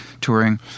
touring